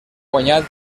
guanyat